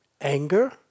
anger